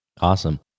Awesome